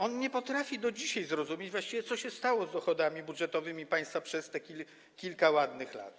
On nie potrafi do dzisiaj zrozumieć właściwie, co się stało z dochodami budżetowymi państwa przez tych kilka ładnych lat.